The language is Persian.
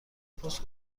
پست